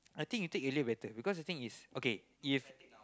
I think you take earlier better because I think is okay is